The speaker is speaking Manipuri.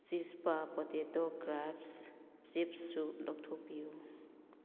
ꯆꯤꯁꯄꯥ ꯄꯣꯇꯦꯇꯣ ꯀ꯭ꯔꯦꯕꯁ ꯆꯤꯞꯁꯁꯨ ꯂꯧꯊꯣꯛꯄꯤꯌꯨ